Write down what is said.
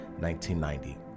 1990